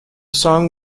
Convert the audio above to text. song